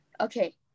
Okay